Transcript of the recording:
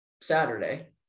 Saturday